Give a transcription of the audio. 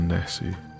Nessie